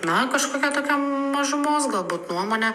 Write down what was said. na kažkokia tokia mažumos galbūt nuomonė